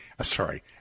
Sorry